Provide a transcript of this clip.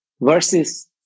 verses